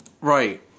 Right